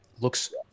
looks